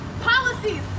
Policies